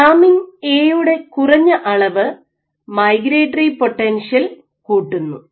lamin A യുടെ കുറഞ്ഞ അളവ് മൈഗ്രേറ്ററി പൊട്ടൻഷ്യൽ കൂട്ടുന്നു